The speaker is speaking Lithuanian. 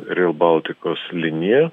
ril baltikos linija